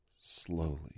slowly